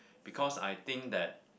because I think that